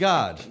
God